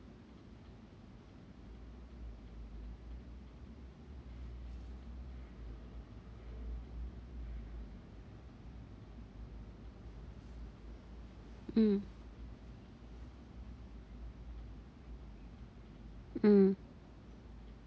mm mm